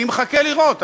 אני מחכה לראות.